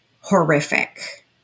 horrific